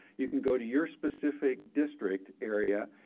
you can go to your specific district area,